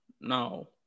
now